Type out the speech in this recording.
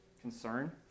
concern